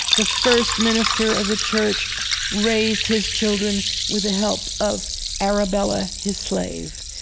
the first minister of the church raised his children with the help of arabella, his slave.